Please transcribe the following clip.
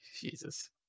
Jesus